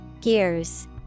gears